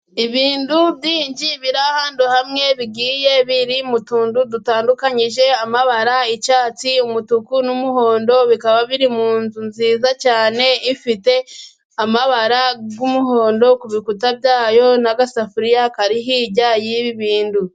Ibintu byinshi biri ahantu hamwe bigiye biri mu tuntu dutandukanyije amabara icyatsi, umutuku n'umuhondo. Bikaba biri mu nzu nziza cyane ifite amabara y'umuhondo ku bikuta byayo n'agasafuriya kari hirya y'ibi bintu.